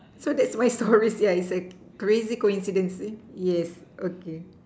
so that's my story it's like crazy coincidence okay